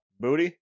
Booty